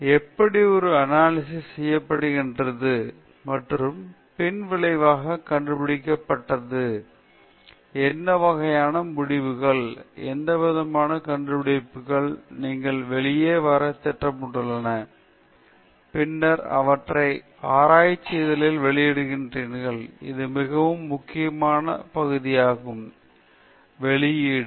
பின்னர் எப்படி ஒரு அனாலிசிஸ் செய்யப்படுகிறது மற்றும் பின் விளைவாக கண்டுபிடிப்பது என்ன வகையான முடிவுகள் எந்தவிதமான கண்டுபிடிப்புகள் நீங்கள் வெளியே வர திட்டமிட்டுள்ளன பின்னர் அவற்றை ஆராய்ச்சி இதழில் வெளியிடுகின்றன இது மிகவும் முக்கியமான பகுதியாகும் வெளியீடு